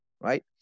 right